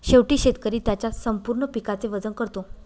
शेवटी शेतकरी त्याच्या संपूर्ण पिकाचे वजन करतो